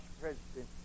president